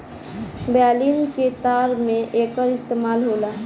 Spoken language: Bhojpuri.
वायलिन के तार में एकर इस्तेमाल होला